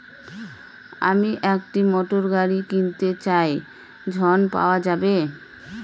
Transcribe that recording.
আমি একটি মোটরগাড়ি কিনতে চাই ঝণ পাওয়া যাবে?